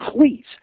please